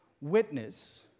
witness